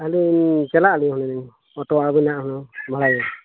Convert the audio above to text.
ᱟᱹᱞᱤᱧ ᱪᱟᱞᱟᱜ ᱟᱹᱞᱤᱧ ᱦᱩᱱᱟᱹᱝ ᱚᱴᱳ ᱟᱹᱵᱤᱱᱟᱜ ᱦᱚᱸ ᱵᱷᱟᱲᱟᱭᱟ